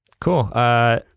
Cool